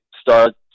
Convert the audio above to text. start